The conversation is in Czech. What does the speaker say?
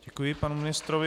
Děkuji panu ministrovi.